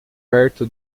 perto